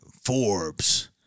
Forbes